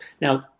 Now